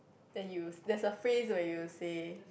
then you there's a phrase when you say